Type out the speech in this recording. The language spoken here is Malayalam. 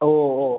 ഓ ഓ